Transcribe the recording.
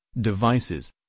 devices